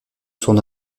son